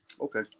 okay